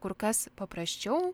kur kas paprasčiau